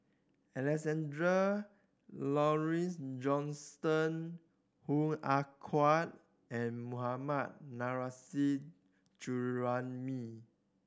Alexander Laurie Johnston Hoo Ah Kay and Mohammad Nurrasyid Juraimi